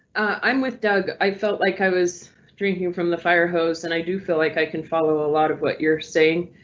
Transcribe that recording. i'm with doug i felt like i was drinking from the firehose and i do feel like i can follow a lot of what you're saying.